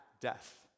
death